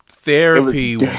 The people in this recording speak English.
therapy